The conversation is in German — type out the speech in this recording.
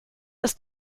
ist